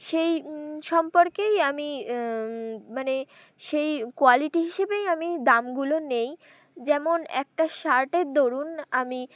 সেই সম্পর্কেই আমি মানে সেই কোয়ালিটি হিসেবেই আমি দামগুলো নেই যেমন একটা শার্টের দরুন আমি